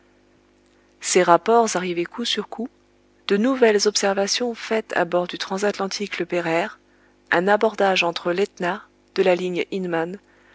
ces rapports arrivés coup sur coup de nouvelles observations faites à bord du transatlantique le pereire un abordage entre l'etna de la ligne inman